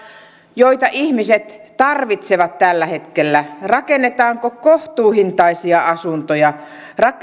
joita ihmiset tarvitsevat tällä hetkellä rakennetaanko kohtuuhintaisia asuntoja